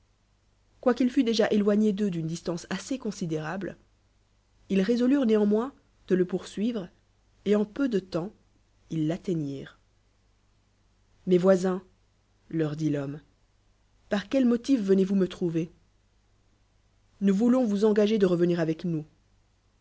quoiqu'il fàt déjà éloigné d'eux d'une distance assez considérable ils résolurent néanmoins de le poursuivre et en peu de temps ils l'atteignirent mes voisios leur dit l'homme par quel motif venez-vous me trouver nous voulons vous engager de revenir avec nous